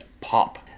POP